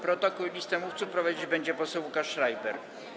Protokół i listę mówców prowadzić będzie poseł Łukasz Schreiber.